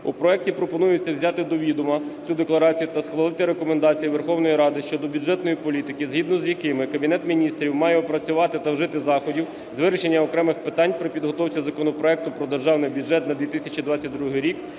У проекті пропонується взяти до відома цю декларацію та схвалити рекомендації Верховної Ради щодо бюджетної політики, згідно з якими Кабінет Міністрів має опрацювати та вжити заходів з вирішення окремих питань при підготовці законопроекту про Державний бюджет на 2022 рік